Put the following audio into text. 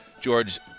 George